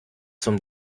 zum